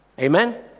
Amen